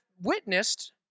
witnessed